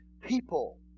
people